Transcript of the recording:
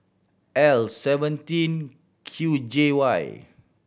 L seventeen Q J Y